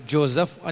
Joseph